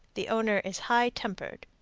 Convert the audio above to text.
the owner is high-tempered.